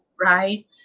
right